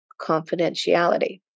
Confidentiality